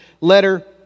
letter